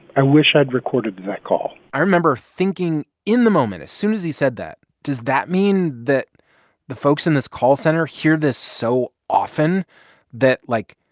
i wish i'd recorded that call i remember thinking, in the moment, as soon as he said that, does that mean that the folks in this call center hear this so often that, like,